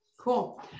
Cool